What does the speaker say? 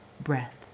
breath